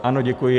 Ano, děkuji.